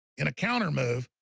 in a counter move,